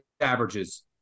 averages